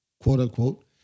quote-unquote